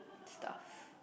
stuff